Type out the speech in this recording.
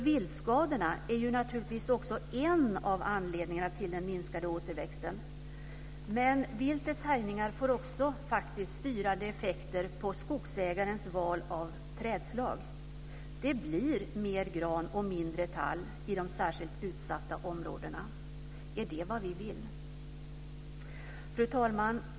Viltskadorna är naturligtvis också en av anledningarna till den minskade återväxten, men viltets härjningar får också styrande effekter på skogsägarens val av trädslag. Det blir mer gran och mindre tall i de särskilt utsatta områdena. Är det vad vi vill? Fru talman!